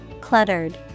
Cluttered